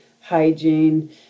hygiene